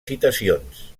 citacions